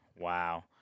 Wow